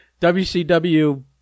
WCW